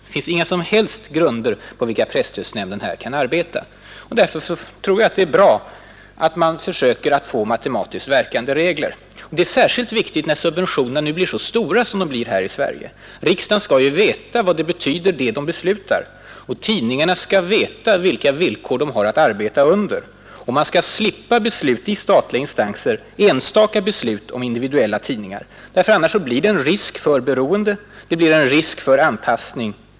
Det finns inga som helst grunder på vilka presstödsnämnden kan arbeta. Därför tror jag att det är bra att man försöker få matematiskt verkande regler. Det är särskilt viktigt när subventionerna nu blir så stora som de blir här i Sverige. Riksdagen skall ju veta vad dess beslut betyder. Tidningarna skall veta vilka villkor de har att arbeta under. Och man bör slippa enstaka beslut i statliga instanser om individuella tidningar. Annars blir det risk för beroende, risk för anpassning.